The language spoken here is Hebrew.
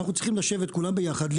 אנחנו צריכים לשבת כולם ביחד,